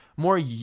more